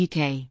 UK